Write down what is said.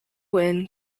win